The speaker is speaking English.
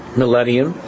millennium